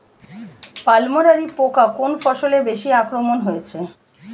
পামরি পোকা কোন ফসলে বেশি আক্রমণ হয়েছে?